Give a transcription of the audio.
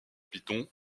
python